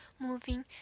moving